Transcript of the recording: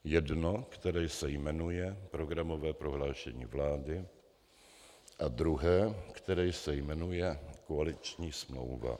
Jedno, které se jmenuje programové prohlášení vlády, a druhé, které se jmenuje koaliční smlouva.